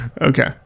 Okay